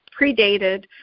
predated